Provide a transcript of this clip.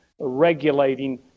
regulating